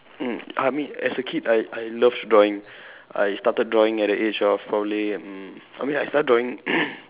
mm I mean as a kid I I love drawing I started drawing at a age of probably mm I mean I started drawing